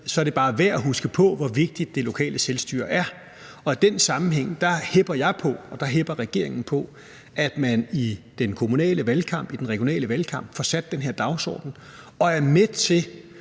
fordi det er værd at huske på, hvor vigtigt det lokale selvstyre er, og i den sammenhæng hepper jeg på og hepper regeringen på, at man i den kommunale valgkamp, i den regionale valgkamp får sat den her dagsorden og er med til